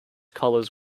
colors